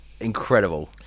incredible